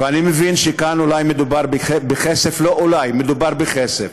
ואני מבין שאולי מדובר כאן, לא אולי, מדובר בכסף.